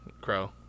Crow